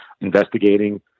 investigating